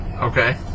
Okay